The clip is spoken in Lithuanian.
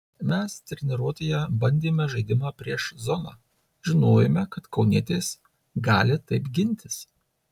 mes treniruotėje bandėme žaidimą prieš zoną žinojome kad kaunietės gali taip gintis